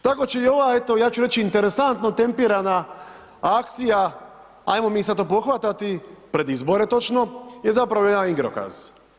Tako će i ova ja eto ja ću reći interesantno tempirana akcija, ajmo mi sad to pohvatati pred izbore točno, je zapravo jedan igrokaz.